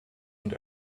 und